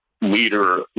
leader